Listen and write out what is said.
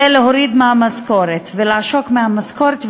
היא להוריד מהמשכורת ולעשוק מהמשכורת,